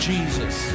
Jesus